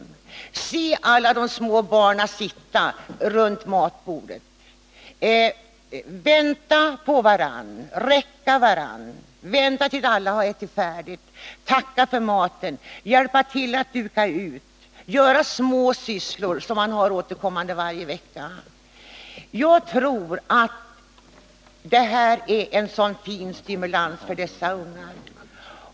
Jag önskar att han kunde få se alla de små barnen sitta runt matbordet, vänta på varandra, räcka varandra saker, vänta tills alla har ätit färdigt, tacka för maten, hjälpa till att duka ut och göra de små sysslor som man har återkommande varje vecka. Jag tror att detta är en fin stimulans för dessa ungar.